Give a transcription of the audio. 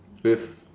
with